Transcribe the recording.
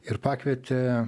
ir pakvietė